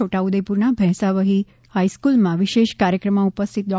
છોટાઉદેપુરની ભેંસાવફી હાઈસ્ફ્રલમાં વિશેષ કાર્યક્રમમાં ઉપસ્થિત ડો